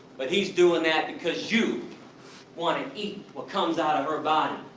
but he's doing that because you wanna eat what comes out of her body.